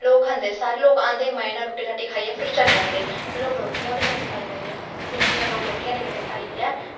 लोक खंदे सारे लोक आंदे मजे नै रुट्टी रट्टी खाइयै फिर चली जंदे फिर लोग रुट्टियां बी लेंदे पाई पाइयै फिर लोक जेल्लै रुट्टियां लेई जंदे पाइयै